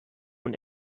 und